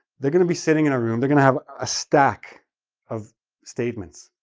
they're going to be sitting in a room, they're going to have a stack of statements,